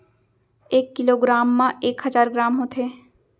एक kilogram मा एक हजार ग्राम होथे